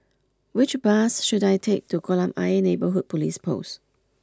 which bus should I take to Kolam Ayer Neighbourhood Police Post